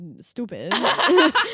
stupid